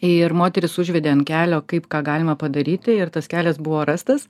ir moteris užvedė ant kelio kaip ką galima padaryti ir tas kelias buvo rastas